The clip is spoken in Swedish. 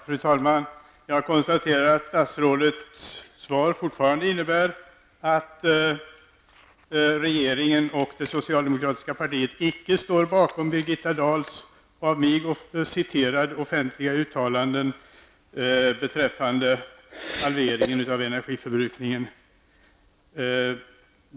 Fru talman! Jag konstaterar att statsrådets svar fortfarande innebär att regeringen och det socialdemokratiska partiet icke står bakom Birgitta Dahls av mig citerade offentliga uttalanden beträffande halveringen av energiförbrukningen.